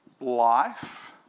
life